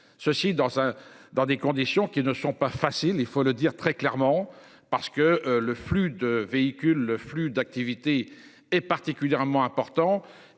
un, dans des conditions qui ne sont pas facile il faut le dire très clairement, parce que le flux de véhicules, le flux d'activité est particulièrement important